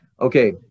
okay